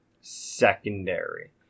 secondary